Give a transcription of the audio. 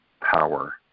power